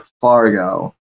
Fargo